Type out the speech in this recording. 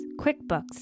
QuickBooks